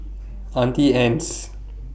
Auntie Anne's